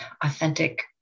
authentic